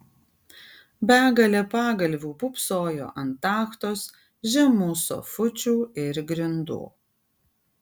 begalė pagalvių pūpsojo ant tachtos žemų sofučių ir grindų